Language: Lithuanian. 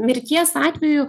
mirties atveju